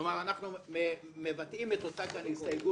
כלומר, אנחנו מבטאים את אותה הסתייגות.